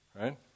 Right